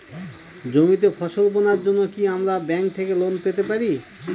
জমিতে ফসল বোনার জন্য কি আমরা ব্যঙ্ক থেকে লোন পেতে পারি?